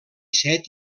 set